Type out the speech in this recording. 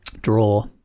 draw